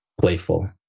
playful